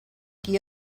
qui